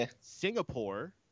Singapore